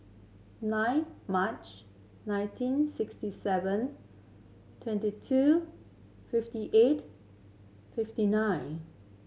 nine March nineteen sixty seven twenty two fifty eight fifty nine